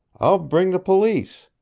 i'll bring the police.